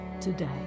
today